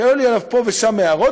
שהיו לי עליו פה ושם הערות,